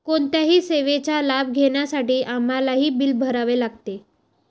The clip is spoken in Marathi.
कोणत्याही सेवेचा लाभ घेण्यासाठी आम्हाला बिल भरावे लागते